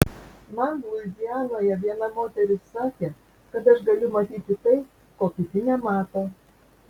man luizianoje viena moteris sakė kad aš galiu matyti tai ko kiti nemato